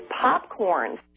popcorn